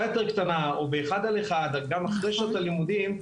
יותר קטנה או באחד על אחד גם אחרי שעות הלימודים,